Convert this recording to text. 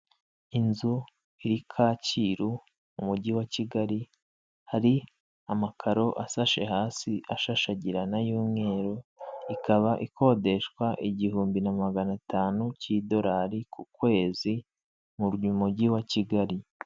Inzu iri Kacyiru mu mujyi wa Kigali, hari amakaro asashe hasi ashashagirana y'umweru, ikaba ikodeshwa igihumbi na magana atanu k'idolari ku kwezi mu mujyi wa Kigali.